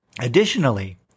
Additionally